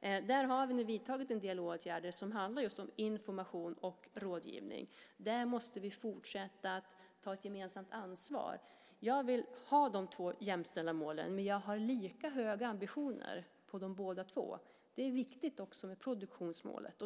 Där har vi nu vidtagit en del åtgärder som handlar om just information och rådgivning. Där måste vi fortsätta att ta ett gemensamt ansvar. Jag vill ha de två jämställda målen, men jag har lika höga ambitioner för dem båda. Det är också viktigt med produktionsmålet.